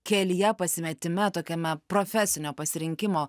kelyje pasimetime tokiame profesinio pasirinkimo